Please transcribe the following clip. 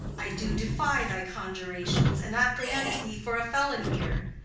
i do defy thy conjuration and apprehend thee for a felon here.